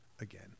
again